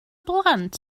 blant